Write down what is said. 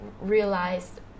realized